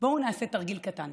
בואו נעשה תרגיל קטן: